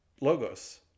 logos